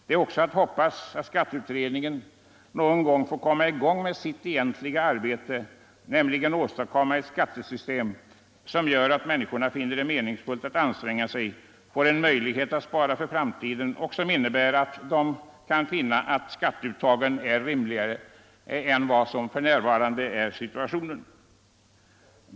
Det är också att hoppas att skatteutredningen någon gång får börja med sitt egentliga arbete, nämligen att åstadkomma ett skattesystem som gör att människorna finner det meningsfullt att anstränga sig, får en möjlighet att spara för framtiden och kan finna att skatteuttagen är rimligare än för närvarande.